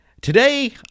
Today